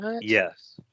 Yes